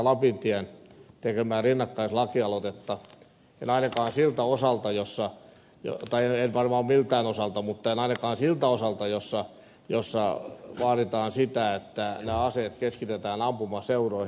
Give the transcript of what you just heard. lapintien tekemää rinnakkaislakialoitetta en aivan siltä osalta jossa nuorta ei varmaan miltään osalta mutta en ainakaan siltä osalta jossa vaaditaan sitä että nämä aseet keskitetään ampumaseuroihin